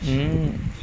mm